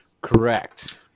Correct